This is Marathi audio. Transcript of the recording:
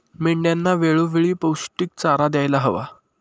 मेंढ्यांना वेळोवेळी पौष्टिक चारा द्यायला हवा